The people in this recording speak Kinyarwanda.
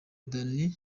danny